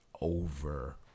over